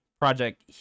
Project